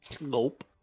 Nope